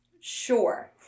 Sure